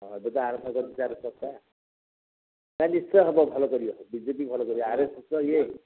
ହଁ ଏବେ ତ ଆରଥରକଠୁ ଚାରିଶହ ଟଙ୍କା ନାଇଁ ନିଶ୍ଚୟ ହବ ଭଲ କରିବ ବି ଜେ ପି ଭଲ କରିବ ଆର ଏସ୍ ଏସ୍ ଇଏ